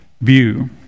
view